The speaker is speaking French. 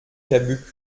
cabuc